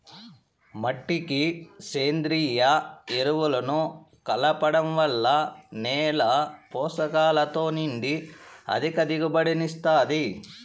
మట్టికి సేంద్రీయ ఎరువులను కలపడం వల్ల నేల పోషకాలతో నిండి అధిక దిగుబడిని ఇస్తాది